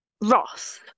Ross